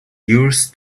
yours